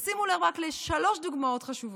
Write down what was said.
אז שימו לב רק לשלוש דוגמאות חשובות,